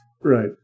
Right